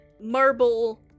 marble